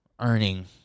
earning